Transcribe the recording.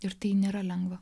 ir tai nėra lengva